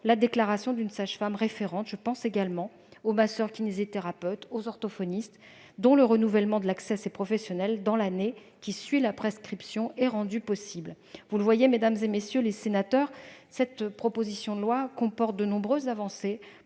la déclaration d'une sage-femme référente. Je pense également aux masseurs-kinésithérapeutes et aux orthophonistes : le renouvellement de l'accès à ces professionnels dans l'année qui suit la prescription est rendu possible. Mesdames, messieurs les sénateurs, vous le voyez, cette proposition de loi comporte de nombreuses avancées